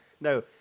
No